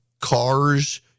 cars